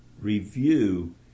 review